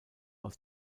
aus